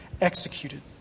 executed